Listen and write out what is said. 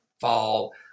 fall